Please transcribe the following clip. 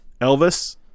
Elvis